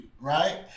right